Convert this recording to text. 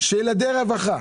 שילדי רווחה,